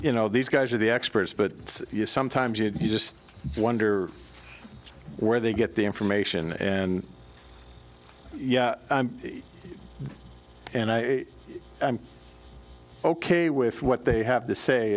you know these guys are the experts but sometimes you just wonder where they get the information and yeah and i'm ok with what they have to say